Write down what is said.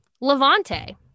Levante